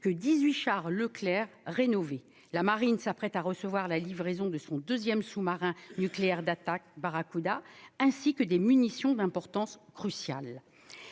chars Leclerc rénovés. La marine s'apprête à recevoir la livraison de son deuxième sous-marin nucléaire d'attaque (SNA) Barracuda et des munitions d'importance cruciale.